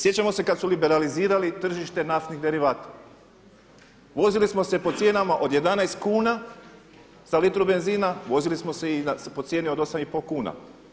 Sjećamo se kada su liberalizirali tržište naftnih derivata, vozili smo se po cijenama od 11 kuna za litru benzina, vozili smo se i po cijeni od 8,5 kuna.